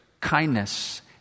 kindness